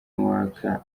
uwaka